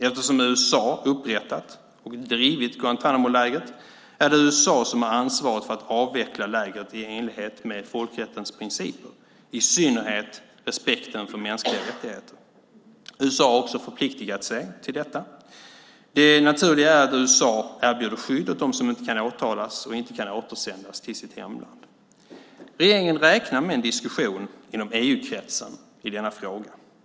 Eftersom USA upprättat och drivit Guantánamolägret är det USA som har ansvaret för att avveckla lägret i enlighet med folkrättens principer, i synnerhet respekten för mänskliga rättigheter. USA har också förpliktat sig till detta. Det naturliga är att USA erbjuder skydd åt dem som inte kan åtalas och inte kan återsändas till sitt hemland. Regeringen räknar med en diskussion inom EU-kretsen i denna fråga.